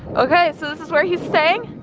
okay, so this is where he's staying.